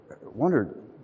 wondered